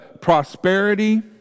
prosperity